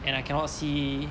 and I cannot see